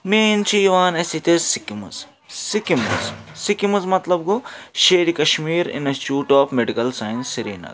main چھِ یِوان اَسہِ ییٚتہِ حظ سِکِمٕز سِکِمٕز سِکِمٕز مطلب گوٚو Sher Kashmir Institute of Medical Science Srinagar